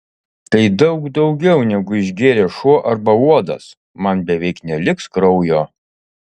tai daug daugiau negu išgėrė šuo arba uodas man beveik neliks kraujo